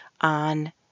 on